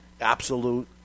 absolute